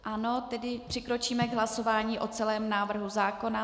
Ano, tedy přikročíme k hlasování o celém návrhu zákona.